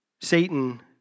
Satan